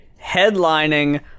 headlining